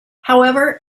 however